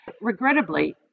Regrettably